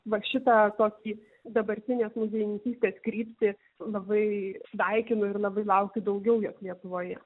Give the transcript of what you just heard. va šitą tokį dabartinės muziejininkystės kryptį labai sveikinu ir labai laukiu daugiau jos lietuvoje